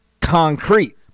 concrete